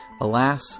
Alas